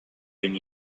than